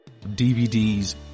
DVDs